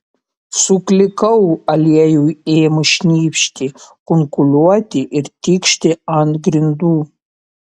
suklikau aliejui ėmus šnypšti kunkuliuoti ir tikšti ant grindų